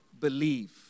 believe